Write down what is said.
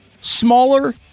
Smaller